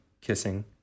kissing